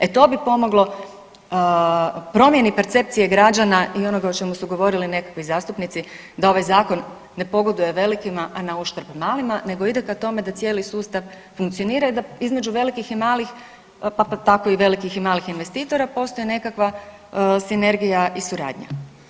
E to bi pomoglo promjeni percepciji građana i onoga o čemu su govorili nekakvi zastupnici da ovaj Zakon ne pogoduje velikima na uštrb malima, nego ide ka tome da cijeli sustav funkcionira i da između velikih i malih, pa tako i velikih i malih investitora postoji nekakva sinergija i suradnja.